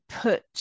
put